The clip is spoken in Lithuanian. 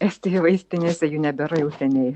estijoj vaistinėse jų nebėra jau seniai